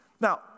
Now